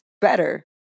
better